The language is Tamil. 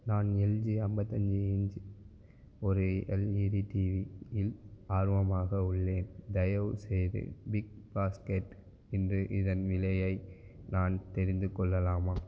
நான் எல்ஜி ஐம்பத்தஞ்சு இன்ச் ஒரு எல்இடி டிவியில் ஆர்வமாக உள்ளேன் தயவுசெய்து பிக்பாஸ்கெட் இன்று இதன் விலையை நான் தெரிந்து கொள்ளலாமா